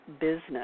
Business